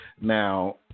now